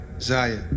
Zaya